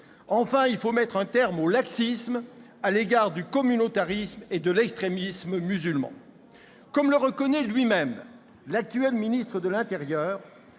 Enfin, il faut mettre un terme au laxisme à l'égard du communautarisme et de l'extrémisme musulmans. Comme le reconnaît lui-même l'actuel ministre de l'intérieur,